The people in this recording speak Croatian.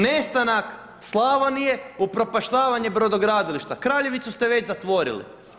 Nestanak Slavonije, upropaštavanje brodogradilišta, Kraljevicu ste već zatvorili.